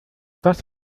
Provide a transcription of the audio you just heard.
das